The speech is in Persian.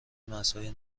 مرزهای